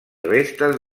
restes